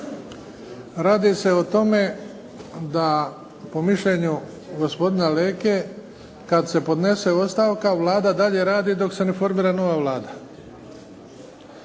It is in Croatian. radi se o tome da po mišljenju gospodina Leke kada se podnese ostavka Vlada dalje radi dok se ne formira nova Vlada.